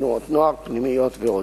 תנועות נוער, פנימיות ועוד.